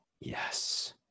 Yes